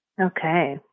Okay